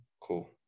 Cool